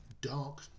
dark